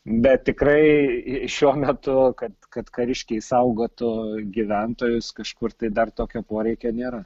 bet tikrai šiuo metu kad kad kariškiai saugotų gyventojus kažkur tai dar tokio poreikio nėra